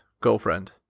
girlfriend